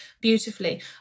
beautifully